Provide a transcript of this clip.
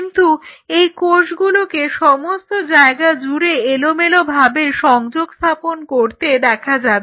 কিন্তু এই কোষগুলোকে সমস্ত জায়গা জুড়ে এলোমেলোভাবে সংযোগ স্থাপন করতে দেখা যাবে